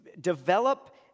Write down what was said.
develop